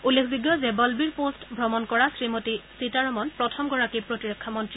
উল্লেখযোগ্য যে বলবীৰ পষ্ট ভ্ৰমণ কৰা শ্ৰীমতী সীতাৰমন প্ৰথমগৰাকী প্ৰতিৰক্ষা মন্ত্ৰী